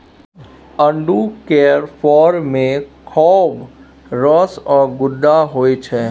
आड़ू केर फर मे खौब रस आ गुद्दा होइ छै